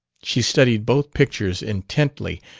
she studied both pictures intently,